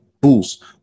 boost